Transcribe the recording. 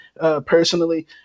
personally